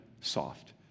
soft